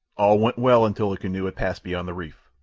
all went well until the canoe had passed beyond the reef.